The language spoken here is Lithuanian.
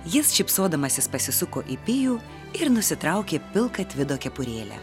jis šypsodamasis pasisuko į pijų ir nusitraukė pilką tvido kepurėlę